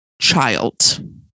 child